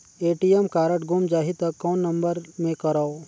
ATM card गुम जाही त कौन नम्बर मे करव?